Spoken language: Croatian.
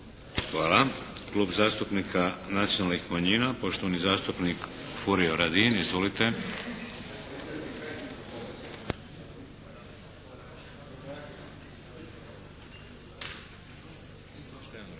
Hvala. Klub zastupnika nacionalnih manjina poštovani zastupnik Furio Radin. Izvolite.